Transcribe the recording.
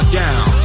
down